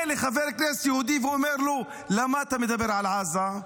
לחבר כנסת יהודי ואומר לו: למה אתה מדבר על עזה?